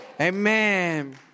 Amen